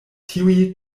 tiuj